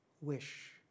Wish